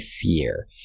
fear